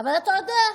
אבל אתה יודע,